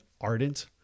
ardent